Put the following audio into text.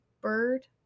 bird